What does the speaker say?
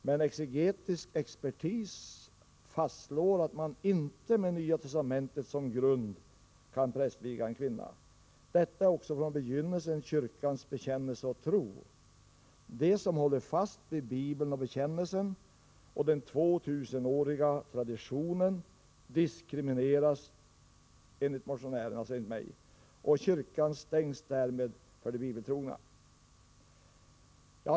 Men exegetisk expertis fastslår att man inte med Nya testamentet som grund kan prästviga en kvinna. Detta är också från begynnelsen kyrkans bekännelse och tro. De som håller fast vid Bibeln och bekännelsen och den 2000-åriga traditionen diskrimineras. Kyrkan stängs för de bibeltrogna.